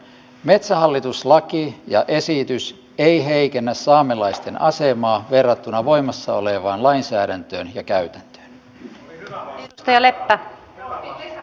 metsähallitus laki ja esitys ei heikennä saamelaisten asemaa verrattuna voimassa olevaan lainsäädäntöön ja käytäntöön